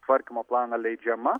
tvarkymo planą leidžiama